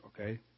Okay